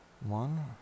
one